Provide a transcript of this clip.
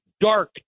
dark